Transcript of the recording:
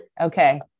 Okay